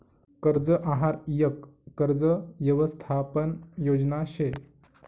कर्ज आहार यक कर्ज यवसथापन योजना शे